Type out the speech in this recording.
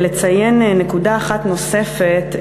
לציין נקודה אחת נוספת,